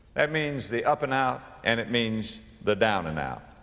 that means the up and out and it means the down and out.